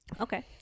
Okay